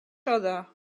other